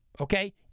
okay